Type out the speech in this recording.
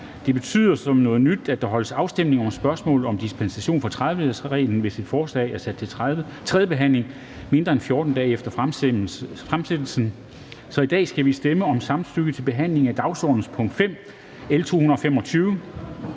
Det betyder som noget nyt, at der holdes afstemning om spørgsmål om dispensation fra 30-dagesreglen, hvis et forslag er sat til tredje behandling mindre end 14 dage efter fremsættelsen. Så i dag skal vi stemme om samtykke til behandling af dagsordenens punkt 5, L 225.